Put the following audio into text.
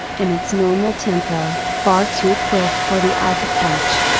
in its normal tempo, far too quick for the eye to catch,